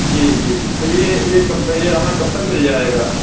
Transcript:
جی جی جی تو یہ یہ کب یہ ہمیں کب تک مل جائے گا